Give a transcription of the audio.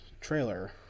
trailer